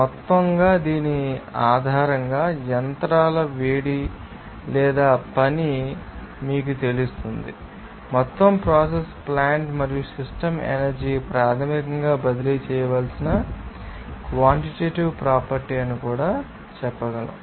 మొత్తంగా దీని ఆధారంగా యంత్రాల వేడి లేదా పని మీకు తెలుస్తుందని మొత్తం ప్రాసెస్ ప్లాంట్ మరియు సిస్టమ్ ఎనర్జీ ప్రాథమికంగా బదిలీ చేయవలసిన క్వాన్టిటటివే ప్రాపర్టీ అని కూడా చెప్పగలం